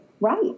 Right